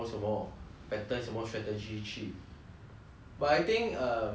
but I think err ya lah when it is the team game then 很多人会 like